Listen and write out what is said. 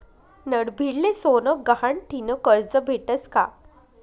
नडभीडले सोनं गहाण ठीन करजं भेटस का?